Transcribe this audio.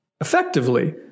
effectively